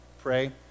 pray